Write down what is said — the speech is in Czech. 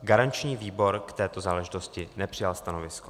Garanční výbor k této záležitosti nepřijal stanovisko.